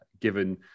given